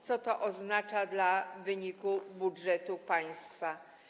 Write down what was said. Co to oznacza dla wyniku budżetu państwa?